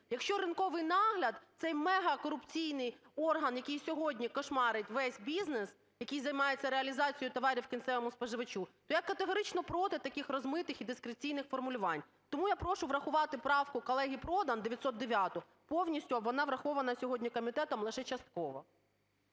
Якщо ринковий нагляд - цей мегакорупційний орган, який сьогодні "кошмарить" весь бізнес, який займається реалізацією товарів кінцевому споживачу, то я категорично проти таких розмитих і дискредитаційних формулювань. Тому я прошу врахувати правку колеги Продан 909-у повністю, а вона врахована сьогодні комітетом лише частково.